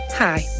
Hi